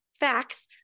Facts